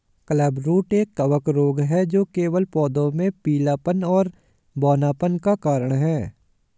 clubroot एक कवक रोग है जो केवल पौधों में पीलापन और बौनापन का कारण है